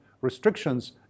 restrictions